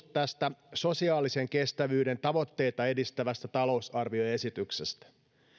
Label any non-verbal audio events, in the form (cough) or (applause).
(unintelligible) tästä sosiaalisen kestävyyden tavoitteita edistävästä talousarvioesityksestä